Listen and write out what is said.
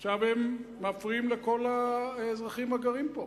עכשיו הם מפריעים לכל האזרחים הגרים פה.